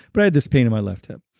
but i had this pain in my left hip.